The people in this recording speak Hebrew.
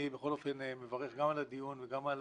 אני בכל אופן מברך גם על הדיון וגם על